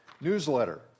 newsletter